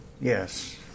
Yes